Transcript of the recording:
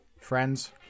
Friends